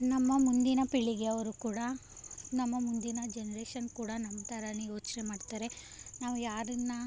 ನಮ್ಮ ಮುಂದಿನ ಪೀಳಿಗೆಯವರು ಕೂಡ ನಮ್ಮ ಮುಂದಿನ ಜನ್ರೇಷನ್ ಕೂಡ ನಮ್ಮ ಥರನೇ ಯೋಚನೆ ಮಾಡ್ತಾರೆ ನಾವು ಯಾರನ್ನು